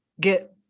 get